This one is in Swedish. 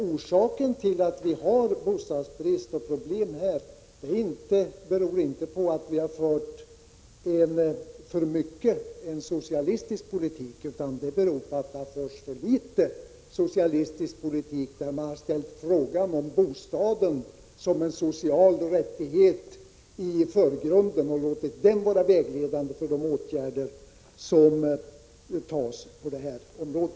Orsaken till att vi har problem med bostadsbristen är inte att vi för mycket fört en socialistisk politik utan att vi haft för litet av socialistisk politik som hade ställt frågan om bostaden som en social rättighet i förgrunden och låtit den vara vägledande för de åtgärder som vidtas på detta område.